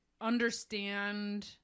understand